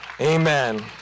Amen